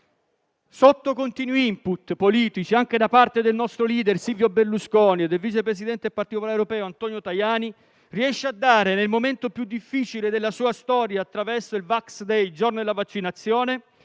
sotto continui *input* politici - anche da parte del nostro *leader* Silvio Berlusconi e del vice presidente del Partito popolare europeo Antonio Tajani - riesce a dare, nel momento più difficile della sua storia, attraverso il Vax-day, il giorno della vaccinazione,